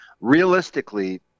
Realistically